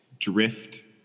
Drift